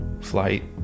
flight